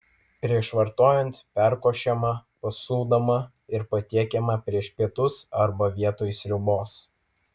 prieš vartojant perkošiama pasūdomą ir patiekiama prieš pietus arba vietoj sriubos